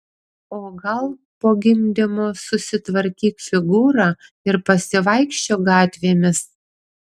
o gal po gimdymo susitvarkyk figūrą ir pasivaikščiok gatvėmis